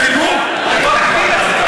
בוא תקדם את זה, 30 שקל, 300 שקל, בסדר.